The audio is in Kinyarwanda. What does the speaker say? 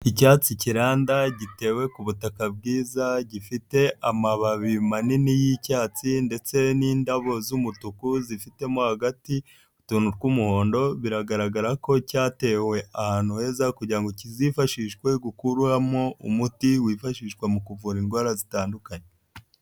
Icyatsi kiranda gitewe ku butaka bwiza, gifite amababi manini y'icyatsi ndetse n'indabo z'umutuku zifitemo hagati utuntu tw'umuhondo, biragaragara ko cyatewe ahantu heza kugira ngo kizifashishwe gukuramo umuti wifashishwa mu kuvura indwara zitandukanye.